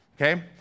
Okay